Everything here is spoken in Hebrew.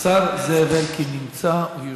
השר זאב אלקין נמצא, הוא יושב,